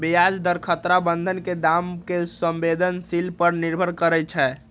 ब्याज दर खतरा बन्धन के दाम के संवेदनशील पर निर्भर करइ छै